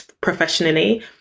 professionally